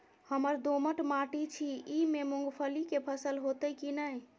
हमर दोमट माटी छी ई में मूंगफली के फसल होतय की नय?